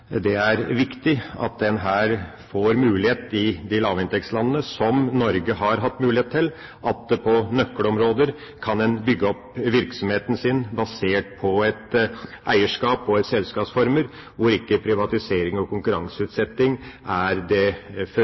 Det er viktig at lavinntektslandene her får mulighet til – som Norge har hatt mulighet til – på nøkkelområder å bygge opp virksomheten sin basert på et eierskap og på selskapsformer hvor ikke privatisering og konkurranseutsetting er det